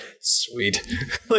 sweet